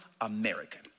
American